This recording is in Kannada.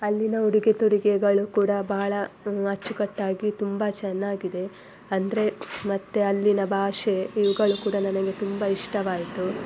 ಅಲ್ಲಿನ ಉಡಿಗೆ ತೊಡಿಗೆಗಳು ಕೂಡ ಭಾಳ ಅಚ್ಚುಕಟ್ಟಾಗಿ ತುಂಬ ಚೆನ್ನಾಗಿದೆ ಅಂದರೆ ಮತ್ತು ಅಲ್ಲಿನ ಭಾಷೆ ಇವುಗಳು ಕೂಡ ನನಗೆ ತುಂಬ ಇಷ್ಟವಾಯಿತು